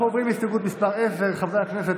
אנחנו עוברים להסתייגות מס' 10. חברי הכנסת,